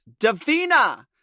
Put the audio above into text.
Davina